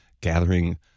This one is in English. gathering